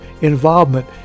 involvement